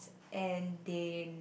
and they